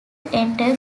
enter